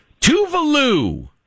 Tuvalu